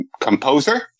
composer